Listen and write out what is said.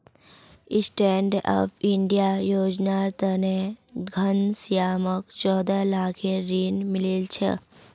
stand up India योजनार तने घनश्यामक चौदह लाखेर ऋण मिलील छ